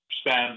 stand